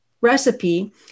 recipe